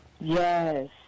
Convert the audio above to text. Yes